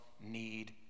need